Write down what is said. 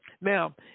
Now